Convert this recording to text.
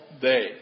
day